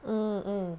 mm mm